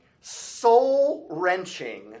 Soul-wrenching